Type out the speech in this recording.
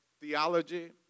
Theology